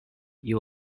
you